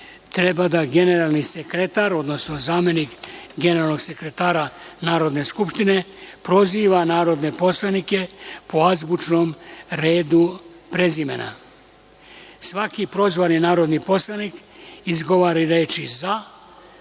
treba da: generalni sekretar, odnosno zamenik generalnog sekretara Narodne skupštine proziva narodne poslanike po azbučnom redu prezimena, svaki prozvani narodni poslanik izgovara reč „za“,